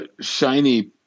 shiny